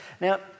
Now